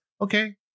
Okay